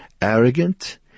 arrogant